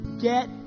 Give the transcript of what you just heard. get